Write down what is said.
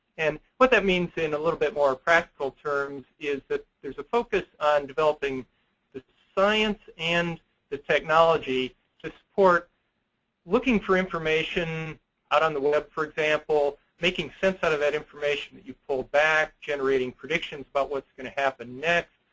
and what that means in a little bit more practical terms is that there's a focus on developing the science and the technology to support looking for information out on the web, for example making sense out of that information you pull back, generating predictions about what's going to happen next,